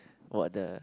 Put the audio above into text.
what the